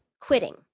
quitting